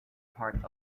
part